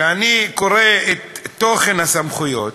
וכשאני קורא את תוכן הסמכויות,